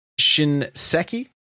Shinseki